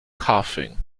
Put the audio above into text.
coughing